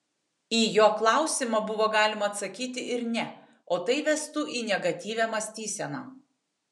į jo klausimą buvo galima atsakyti ir ne o tai vestų į negatyvią mąstyseną